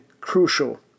crucial